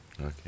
Okay